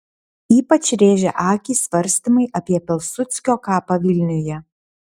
ypač rėžia akį svarstymai apie pilsudskio kapą vilniuje